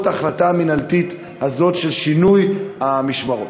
ההחלטה המינהלתית הזאת של שינוי המשמרות?